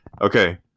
Okay